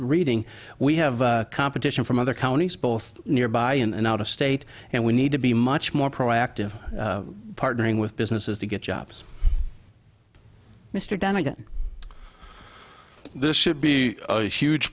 reading we have competition from other counties both nearby and out of state and we need to be much more proactive partnering with businesses to get jobs mr donnegan this should be a huge